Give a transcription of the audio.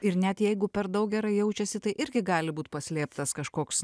ir net jeigu per daug gerai jaučiasi tai irgi gali būt paslėptas kažkoks